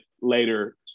later